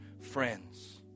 friends